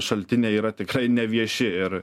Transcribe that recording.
šaltiniai yra tikrai nevieši ir